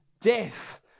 death